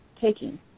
taking